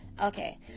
okay